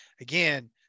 Again